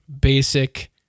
basic